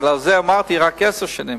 בגלל זה אמרתי רק עשר שנים,